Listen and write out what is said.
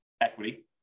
equity